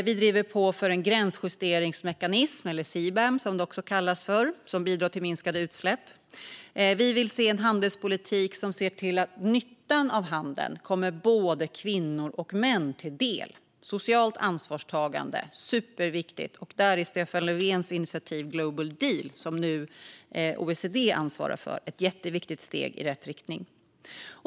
Vi driver på för en gränsjusteringsmekanism eller CBAM, som det också kallas för, som bidrar till minskade utsläpp. Vi vill se en handelspolitik som ser till att nyttan av handeln kommer både kvinnor och män till del. Socialt ansvarstagande är superviktigt. Där är Stefan Löfvens initiativ Global Deal, som OECD nu ansvarar för, ett jätteviktigt steg i rätt riktning.